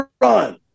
Run